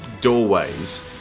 doorways